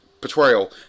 portrayal